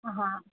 ہاں